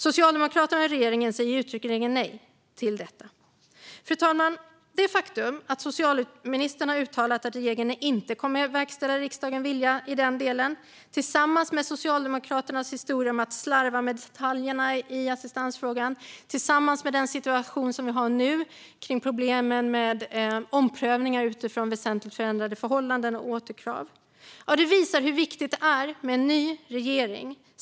Socialdemokraterna och regeringen säger uttryckligen nej till detta. Fru talman! Det faktum att socialministern har uttalat att regeringen inte kommer att verkställa riksdagens vilja i den delen, tillsammans med Socialdemokraternas historia av att slarva med detaljerna i assistansfrågan och tillsammans med den situation vi har nu när det gäller problem med omprövningar utifrån väsentligt förändrade förhållanden och återkrav - ja, det visar hur viktigt det är med en ny regering.